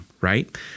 right